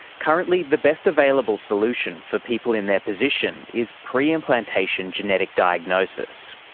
currently, the best available solution for people in their position is pre-implantation genetic diagnosis.